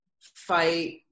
fight